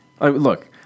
Look